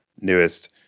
newest